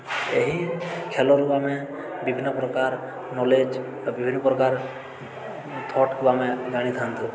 ଏହି ଖେଳରୁ ଆମେ ବିଭିନ୍ନପ୍ରକାର ନଲେଜ୍ ବିଭିନ୍ନପ୍ରକାର ଥଟ୍କୁ ଆମେ ଜାଣିଥାନ୍ତୁ